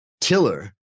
tiller